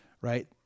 right